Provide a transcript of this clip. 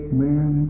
man